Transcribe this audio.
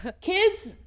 kids